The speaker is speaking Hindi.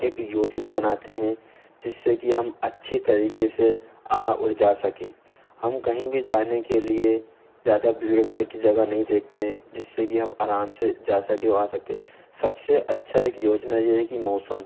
एक योजना बनाते हैं जिससे कि हम अच्छी तरीके से उड़ जा सके हम कहीं भी जाने के लिए ज़्यादा भीड़ भाड़ की जगह नहीं देखते हैं जिससे कि हम अराम से आ सके और जा सके सबसे अच्छा एक योजना यह है कि मौसम